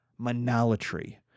monolatry